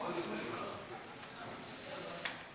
כבוד השר.